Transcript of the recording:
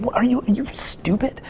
but are you you stupid?